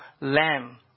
lamb